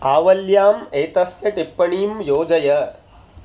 आवल्याम् एतस्य टिप्पणीं योजय